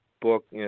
book